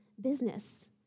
business